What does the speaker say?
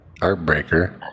Heartbreaker